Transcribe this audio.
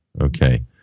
okay